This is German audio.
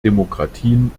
demokratien